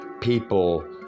people